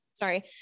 sorry